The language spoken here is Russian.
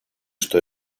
что